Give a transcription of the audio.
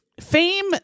fame